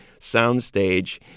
soundstage